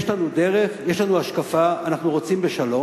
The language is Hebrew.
יש לנו דרך, יש לנו השקפה, אנחנו רוצים בשלום.